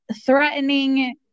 threatening